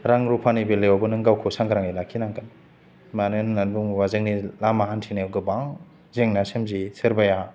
रां रुफानि बेलायावबो नों गावखौ सांग्राङै लाखिनांगोन मानो होन्नानै बुङोबा जोंनि लामा हान्थिनायाव गोबां जेंना सोमजियो सोरबाया